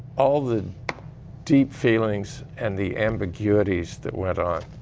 all of the deep feelings and the ambiguities that went on.